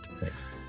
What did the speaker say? Thanks